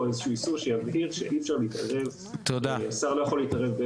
ואנחנו דנו פה איפה גבולות הגזרה בין השר לבין המפכ"ל.